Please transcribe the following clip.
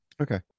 Okay